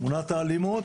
תמונת האלימות,